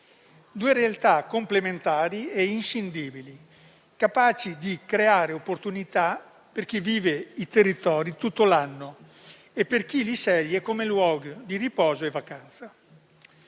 due realtà complementari e inscindibili, capaci di creare opportunità per chi vive i territori tutto l'anno e per chi li sceglie come luogo di riposo e vacanza.